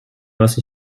was